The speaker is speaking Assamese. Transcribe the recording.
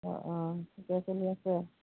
অঁ অঁ ঠিকে চলি আছে